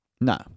No